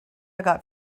got